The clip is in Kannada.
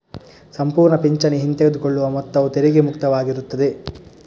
ಸಂಪೂರ್ಣ ಪಿಂಚಣಿ ಹಿಂತೆಗೆದುಕೊಳ್ಳುವ ಮೊತ್ತವು ತೆರಿಗೆ ಮುಕ್ತವಾಗಿರುತ್ತದೆ